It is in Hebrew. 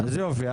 אז יופי.